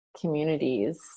communities